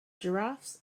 giraffes